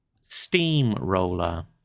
Steamroller